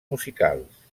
musicals